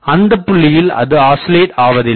அந்த புள்ளியில் அது ஆசிலேட் ஆவதில்லை